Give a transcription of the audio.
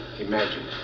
imagine